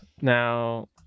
Now